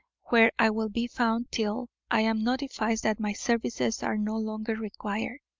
where i will be found till i am notified that my services are no longer required.